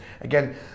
again